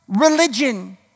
religion